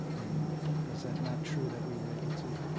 and is that not true that we were able to